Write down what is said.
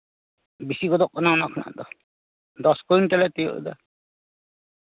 ᱵᱮᱥᱤ ᱜᱚᱫᱚᱜ ᱠᱟᱱᱟ ᱚᱱᱟ ᱫᱚ ᱫᱚᱥ ᱠᱩᱭᱤᱱᱴᱟᱞ ᱮ ᱛᱤᱭᱳᱜ ᱮᱫᱟ